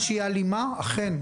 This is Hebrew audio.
כשהיא אלימה אכן.